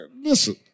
listen